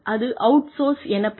அது 'அவுட்சோர்ஸ்' எனப்படும்